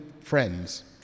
friends